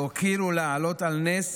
להוקיר ולהעלות על נס